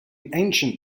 ancient